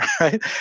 right